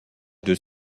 deux